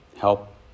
Help